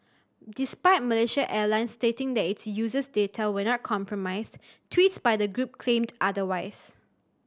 despite Malaysia Airlines stating that its users data was not compromised tweets by the group claimed otherwise